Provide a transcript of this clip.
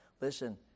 Listen